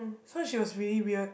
so she was really weird